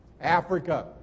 Africa